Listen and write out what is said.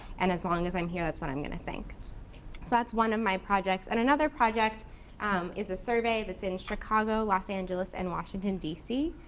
and as long as i'm here, that's what i'm going to think? so that's one of my projects. and another project is a survey that's in chicago, los angeles, and washington, dc,